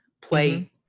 play